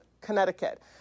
Connecticut